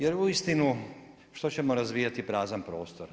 Jer uistinu, što ćemo razvijati prazan prostor.